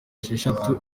esheshatu